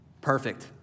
Perfect